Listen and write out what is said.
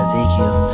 Ezekiel